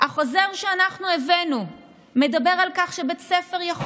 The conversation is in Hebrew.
החוזר שאנחנו הבאנו מדבר על כך שבית ספר יכול